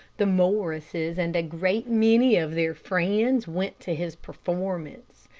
the morrises and a great many of their friends went to his performance,